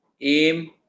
aim